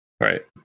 Right